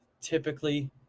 Typically